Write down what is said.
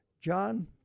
John